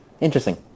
Interesting